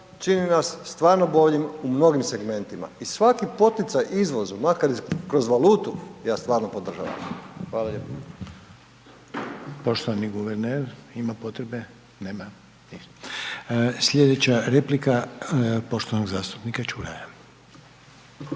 čini na stvarno boljim u mnogim segmentima. I svaki poticaj izvozu makar kroz valutu ja stvarno podržavam. Hvala lijepo. **Reiner, Željko (HDZ)** Poštovani guverner, ima potrebe? Nema. Slijedeća replika poštovanog zastupnika Ćuraja.